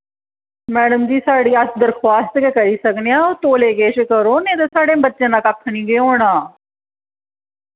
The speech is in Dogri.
मैडम जी साढ़ी अस दरख्वास्त गै करी सकने आं तौले किश करो नेईं ते साढ़े बच्चें दा कक्ख नेईं जे होना